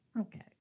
Okay